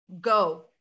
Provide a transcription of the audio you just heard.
go